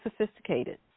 sophisticated